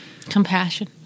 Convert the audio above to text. compassion